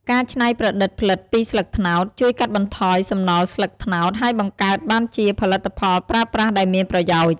ការច្នៃប្រឌិតផ្លិតពីស្លឹកត្នោត ជួយកាត់បន្ថយសំណល់ស្លឹកត្នោត ហើយបង្កើតបានជាផលិតផលប្រើប្រាស់ដែលមានប្រយោជន៍។